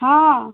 हँऽऽ